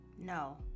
No